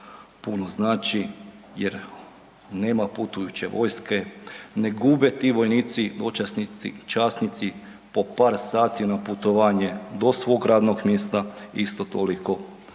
puno znači jer nema putujuće vojske, ne gube ti vojnici i dočasnici i časnici po par sati na putovanje do svog radnog mjesta, isto toliko